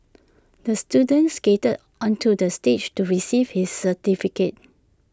the student skated onto the stage to receive his certificate